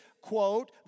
quote